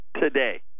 today